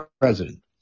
president